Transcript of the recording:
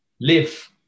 live